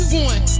one